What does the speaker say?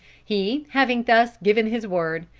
he having thus given his word,